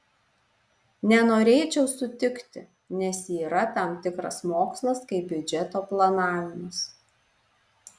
nenorėčiau sutikti nes yra tam tikras mokslas kaip biudžeto planavimas